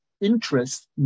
interest